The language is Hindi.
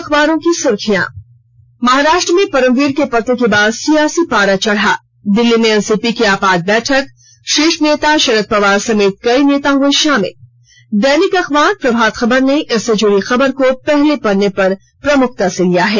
अखबारों की सुर्खियां महाराष्ट्र में परमबीर के पत्र के बाद सियासी पारा चढ़ा दिल्ली में एनसीपी की आपात बैठक शीर्ष नेता शरद पवार समेत कई नेता हुए शामिल दैनिक अखबार प्रभात खबर ने इससे जुड़ी खबर को पहले पन्ने पर प्रमुखता से लिया है